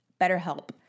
BetterHelp